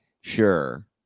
sure